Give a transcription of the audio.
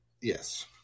Yes